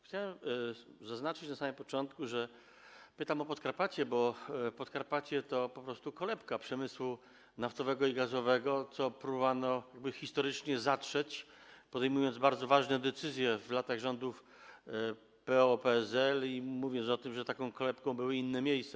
Chciałem zaznaczyć na samym początku, że pytam o Podkarpacie, bo Podkarpacie to po prostu kolebka przemysłu naftowego i gazowego, co próbowano historycznie zatrzeć, podejmując bardzo ważne decyzje w latach rządów PO-PSL i mówiąc o tym, że taką kolebką były inne miejsca.